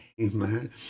Amen